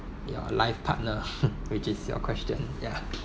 your life partner which is your question ya